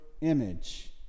image